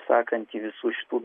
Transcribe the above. sakant į visų šitų